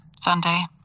Sunday